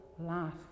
life